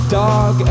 dog